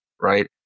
Right